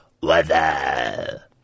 weather